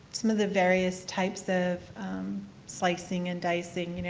some of the various types of slicing and dicing, you know,